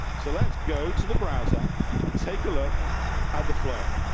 so let's go to the browser and take a look at the flow.